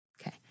Okay